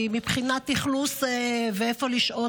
כי מבחינת אכלוס ואיפה לשהות,